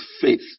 faith